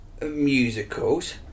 musicals